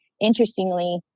interestingly